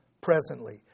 presently